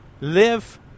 Live